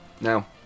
Now